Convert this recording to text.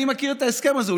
אני מכיר את ההסכם הזה.